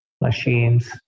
machines